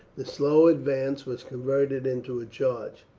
the slow advance was converted into a charge,